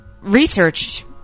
researched